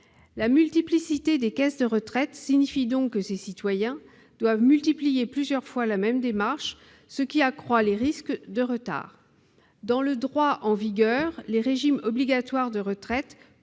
La multiplicité des caisses de retraite impose à ces citoyens d'effectuer plusieurs fois la même démarche, ce qui accroît les risques de retard. Dans le droit en vigueur, les régimes obligatoires de retraite peuvent mutualiser la